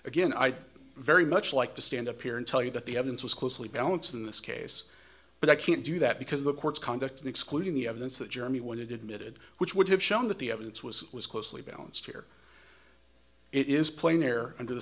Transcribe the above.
again i'd very much like to stand up here and tell you that the evidence was closely balanced in this case but i can't do that because the court's conduct in excluding the evidence that germany wanted admitted which would have shown that the evidence was was closely balanced here it is plain there under the